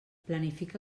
planifica